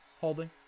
Holding